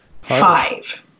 five